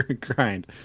Grind